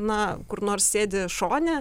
na kur nors sėdi šone